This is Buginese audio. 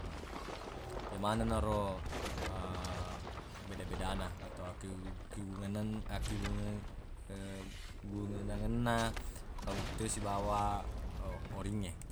Yemaneng naro beda-bedana atau akkegu- kegungeng- akkegungenna panguttue sibawa oringnge